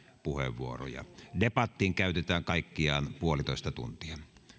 puheenvuoroja debattiin käytetään kaikkiaan yksi pilkku viisi tuntia